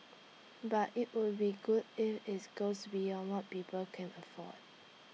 but IT would be good if its goes beyond what people can afford